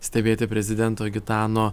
stebėti prezidento gitano